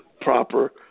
proper